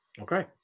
okay